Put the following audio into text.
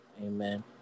amen